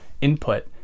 input